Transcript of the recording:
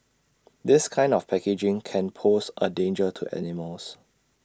this kind of packaging can pose A danger to animals